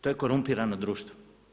To je korumpirano društvo.